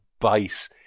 base